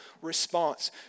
response